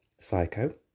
Psycho